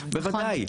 בוודאי.